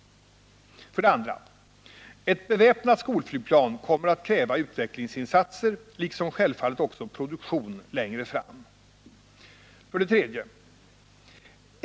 2. Ett beväpnat skolflygplan kommer att kräva vissa utvecklingsinsatser, liksom självfallet också produktion längre fram. 3.